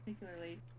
particularly